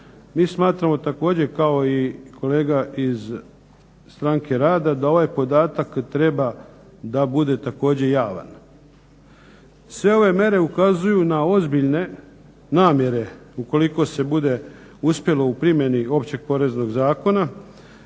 Mi smatramo također kao i kolega iz Stranke rada da ovaj podatak treba da bude također javan. Sve ove mjere ukazuju na ozbiljne namjere ukoliko se bude uspjelo u primjeni Općeg poreznog zakona